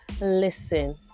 listen